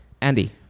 andy